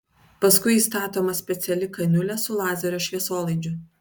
paskui įstatoma speciali kaniulė su lazerio šviesolaidžiu